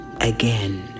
again